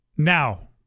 Now